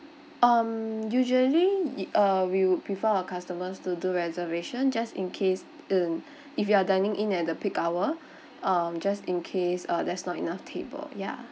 um usually ye~ uh we would prefer our customers to do reservation just in case in if you are dining in at the peak hour um just in case uh there's not enough table ya